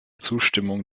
zustimmung